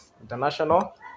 International